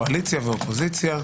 קואליציה ואופוזיציה.